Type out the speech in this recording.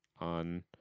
on